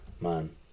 man